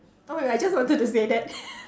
oh my god I just wanted to say that